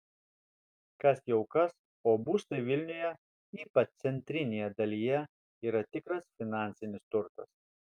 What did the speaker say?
kas jau kas o būstai vilniuje ypač centrinėje dalyje yra tikras finansinis turtas